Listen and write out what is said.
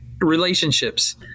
relationships